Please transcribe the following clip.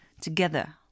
together